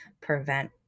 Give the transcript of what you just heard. prevent